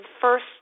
first